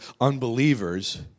unbelievers